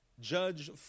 judge